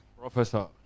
Professor